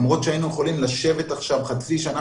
למרות שהיינו יכולים לשבת עכשיו חצי שנה